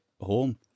home